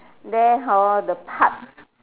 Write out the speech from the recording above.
there hor the park